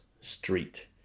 Street